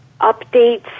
updates